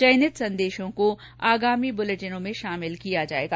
चयनित संदेशों को आगामी बुलेटिनों में शामिल किया जाएगा